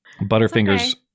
butterfingers